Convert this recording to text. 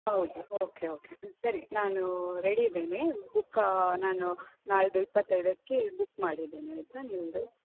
ಹೌದು okay okay ಸರಿ ನಾನು ರೆಡಿ ಇದ್ದೇನೆ ಬುಕ್ ನಾನು ನಾಳಿದ್ದು ಇಪ್ಪತ್ತೈದಕ್ಕೆ ಬುಕ್ ಮಾಡಿದ್ದೇನೆ ಆಯಿತಾ ನಿಮ್ಮದು